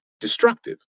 destructive